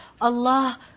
Allah